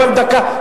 אבל דקה.